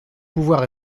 pouvoir